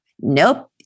Nope